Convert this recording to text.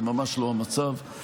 זה ממש לא המצב.